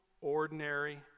ordinary